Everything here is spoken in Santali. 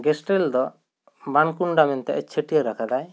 ᱜᱮᱥᱴᱤᱞ ᱫᱚ ᱵᱟᱝᱠᱩᱱᱰᱟ ᱢᱮᱱᱛᱮ ᱪᱷᱟᱹᱴᱭᱟᱹᱨ ᱟᱠᱟᱫᱟᱭ